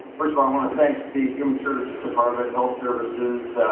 first of all, i want to thank the human services department, health services,